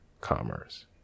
commerce